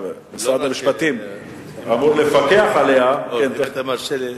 שמשרד המשפטים אמור לפקח עליה אם אתה מרשה לי.